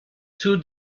two